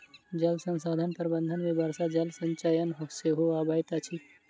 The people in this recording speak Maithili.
जल संसाधन प्रबंधन मे वर्षा जल संचयन सेहो अबैत अछि